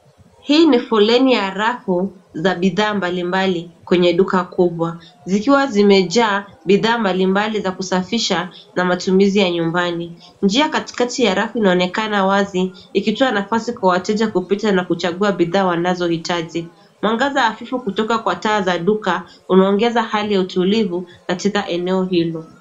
Hii ni foleni ya rafu za bidhaa mbalimbali kwenye duka kubwa, zikiwa zimejaa bidhaa mbalimbali za kusafisha na matumizi ya nyumbani. Njia katikati ya rafu inaonekana wazi, ikitoa nafasi kwa wateja kupita na kuchagua bidhaa wanazohitaji. Mwangaza hafifu kutoka kwa taa za duka, umeongeza hali ya utulivu katika eneo hilo.